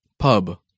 Pub